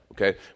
okay